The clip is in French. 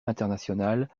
internationale